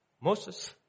Moses